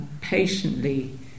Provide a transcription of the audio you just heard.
patiently